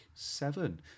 seven